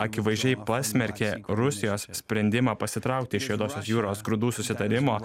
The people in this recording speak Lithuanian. akivaizdžiai pasmerkė rusijos sprendimą pasitraukti iš juodosios jūros grūdų susitarimo